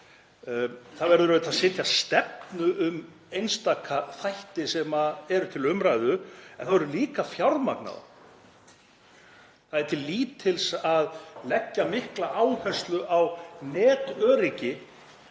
auðvitað að setja stefnu um einstaka þætti sem eru til umræðu, en það verður líka að fjármagna þá. Það er til lítils að leggja mikla áherslu á netöryggi